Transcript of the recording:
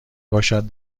باشد